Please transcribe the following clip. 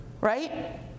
Right